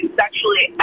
sexually